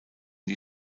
die